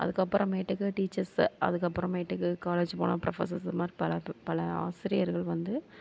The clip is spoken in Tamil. அதுக்கு அப்புறமேட்டுக்கு டீச்சர்ஸ் அதுக்கு அப்புறேமேட்டுக்கு காலேஜ் போனால் ப்ரொஃபஸர்ஸ் இந்த மாதிரி பல பல ஆசிரியர்கள் வந்து